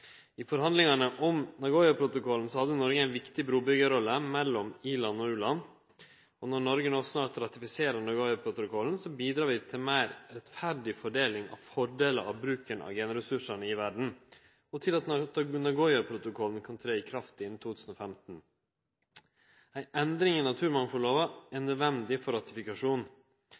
I forhandlingane om Nagoya-protokollen hadde Noreg ei viktig brubyggjarrolle mellom i-land og u-land. Når Noreg snart ratifiserer Nagoya-protokollen, bidrar vi til ei meir rettferdig fordeling av fordelar ved bruken av genressursane i verden, og til at Nagoya-protokollen kan ta til å gjelde innan 2015. Ei endring i naturmangfaldlova er nødvendig for ratifikasjon.